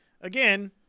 again